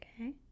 okay